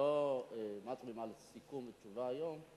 לא מצביעים על סיכום ותשובה היום.